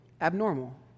abnormal